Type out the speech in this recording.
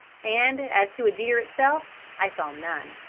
and as to a deer itself i saw none.